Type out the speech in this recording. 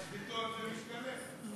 אז שביתות זה משתלם.